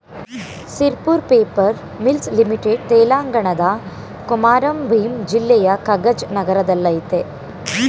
Sirpur paper mills limited ತೆಲಂಗಾಣದ ಕೊಮಾರಂ ಭೀಮ್ ಜಿಲ್ಲೆಯ ಕಗಜ್ ನಗರದಲ್ಲಯ್ತೆ